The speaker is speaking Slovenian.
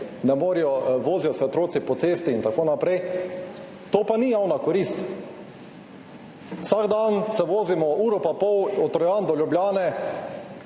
ne morejo voziti po cesti in tako naprej, to pa ni javna korist. Vsak dan se vozimo uro in pol od Trojan do Ljubljane,